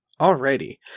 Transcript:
Alrighty